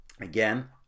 Again